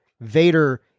Vader